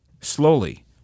slowly